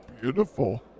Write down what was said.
beautiful